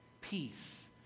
Peace